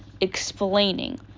Explaining